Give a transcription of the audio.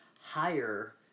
higher